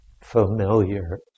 familiar